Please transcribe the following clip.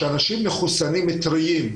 שאנשים מחוסנים טריים,